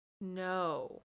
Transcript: No